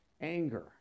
Anger